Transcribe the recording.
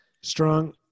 Strong –